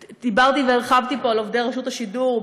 דיברתי והרחבתי פה על עובדי רשות השידור,